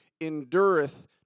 endureth